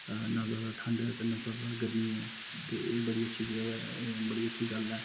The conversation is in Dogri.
ना ज्यादा ठंड ऐ ते ना ज्यादा गर्मी ऐ ते एह् बड़ी अच्छी जगह् ऐ बड़ी अच्छी गल्ल ऐ